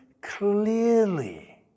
clearly